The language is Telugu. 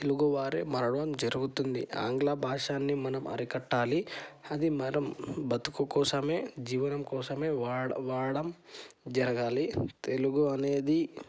తెలుగు వారి మరణం జరుగుతుంది ఆంగ్ల భాషాని మనం అరికట్టాలి అది మనం బ్రతుకు కోసమే జీవనం కోసమే వాడటం వాడటం జరగాలి తెలుగు అనేది